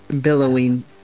billowing